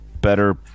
better